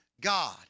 God